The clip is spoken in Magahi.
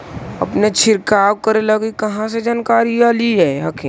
अपने छीरकाऔ करे लगी कहा से जानकारीया ले हखिन?